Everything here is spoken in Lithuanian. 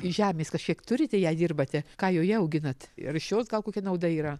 žemės kažkiek turite jei dirbate ką joje auginat ir iš jos gal kokia nauda yra